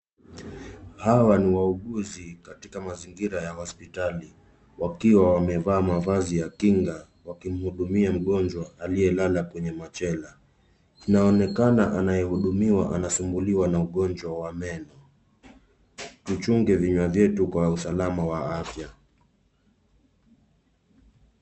Hawa ni wauguzi katika mazingira ya hospitali, wakiwa wamevaa mavazi ya kinga, wakimhudumia mgonjwa, aliyelala kwenye machela. Inaonekana anayehudumiwa anasumbuliwa na ugonjwa wa meno. Tuchunge vinywa vyetu kwa usalama wa afya.